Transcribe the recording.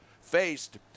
faced